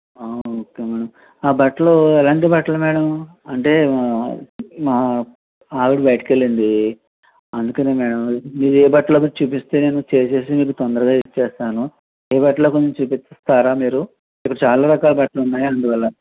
okay madam ఆ బట్టలు ఎలాంటి బట్టలు మేడం అంటే మా ఆవిడ బయటకి వెళ్ళింది అందుకనే మేడం ఏ బట్టలు మీరు చూపిస్తే నేను చేసి మీకు తొందరగా ఇచ్చేస్తాను ఏ బట్టలో కొంచెం చూపిస్తారా మీరు ఇక్కడ చాలా రకాల బట్టలున్నాయి అందువల్ల